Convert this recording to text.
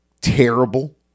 terrible